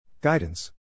Guidance